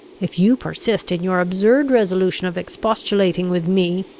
if you persist in your absurd resolution of expostulating with me,